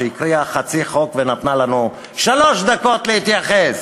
שהקריאה חצי חוק ונתנה לנו שלוש דקות להתייחס.